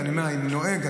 כשאני נוהג,